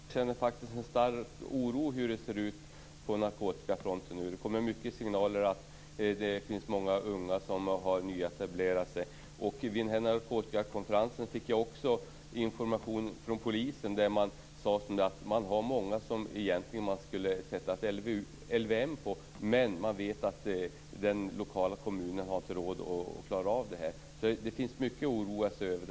Fru talman! Jag tycker att det låter bra, eftersom jag faktiskt känner en stark oro för hur det ser ut på narkotikafronten. Det kommer många signaler om att det finns många unga som har nyetablerat sig. Vid den här narkotikakonferensen fick jag också information från polisen om att man har många som man skulle vilja ge vård enligt LVM. Men man vet att den egna kommunen inte har råd med det. Det finns alltså mycket att oroa sig över.